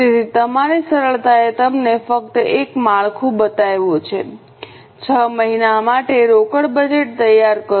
તેથી તમારી સરળતાએ તમને ફક્ત એક માળખું બતાવ્યું છે 6 મહિના માટે રોકડ બજેટ તૈયાર કરો